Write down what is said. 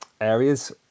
areas